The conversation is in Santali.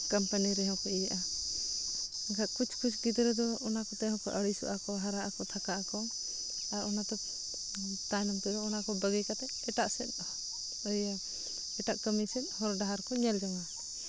ᱠᱳᱢᱯᱟᱱᱤ ᱨᱮᱦᱚᱸ ᱠᱚ ᱤᱭᱟᱹᱜᱼᱟ ᱮᱱᱠᱷᱟᱡ ᱠᱩᱪ ᱠᱩᱪ ᱜᱤᱫᱽᱨᱟᱹ ᱫᱚ ᱚᱱᱟ ᱠᱚᱛᱮ ᱦᱚᱠᱚ ᱟᱹᱲᱤᱥᱚᱜᱼᱟᱠᱚ ᱦᱟᱨᱟᱜ ᱟᱠᱚ ᱛᱷᱟᱠᱟᱜ ᱟᱠᱚ ᱟᱨ ᱚᱱᱟ ᱛᱟᱭᱱᱚᱢ ᱛᱮᱫᱚ ᱚᱱᱟᱠᱚ ᱵᱟᱹᱜᱤ ᱠᱟᱛᱮᱫ ᱮᱴᱟᱜ ᱥᱮᱫ ᱤᱭᱟᱹ ᱮᱴᱟᱜ ᱠᱟᱹᱢᱤ ᱥᱮᱫ ᱦᱚᱨ ᱰᱟᱦᱟᱨ ᱠᱚ ᱧᱮᱞ ᱡᱚᱝᱟ